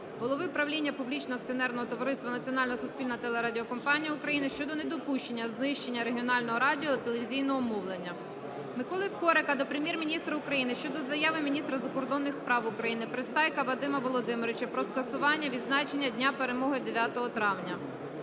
суспільна телерадіокомпанія України” щодо недопущення знищення регіонального радіо- і телевізійного мовлення. Миколи Скорика до Прем'єр-міністра України щодо заяви міністра закордонних справ України Пристайка Вадима Володимировича про скасування відзначення Дня Перемоги 9 травня.